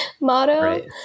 motto